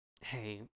hey